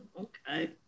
okay